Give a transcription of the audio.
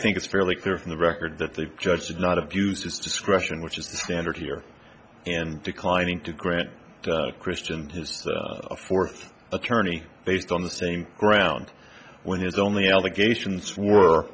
think it's fairly clear from the record that the judge did not abuse his discretion which is the standard here and declining to grant christian a fourth attorney based on the same ground when there's only allegations were